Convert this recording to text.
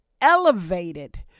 elevated